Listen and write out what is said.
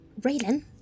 Raylan